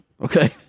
Okay